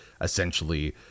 essentially